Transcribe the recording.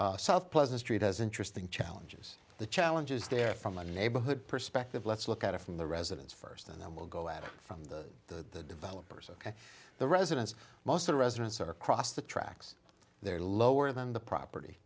site south pleasant street has interesting challenges the challenges there from a neighborhood perspective let's look at it from the residents first and then we'll go at it from the developers ok the residents mostly residents or crossed the tracks they're lower than the property